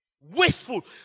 Wasteful